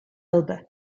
elbe